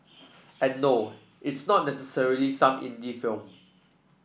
and no it's not necessarily some indie film